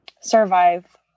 survive